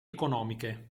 economiche